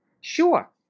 sure